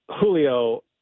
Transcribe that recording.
Julio